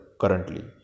currently